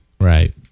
Right